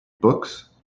books